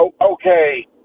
okay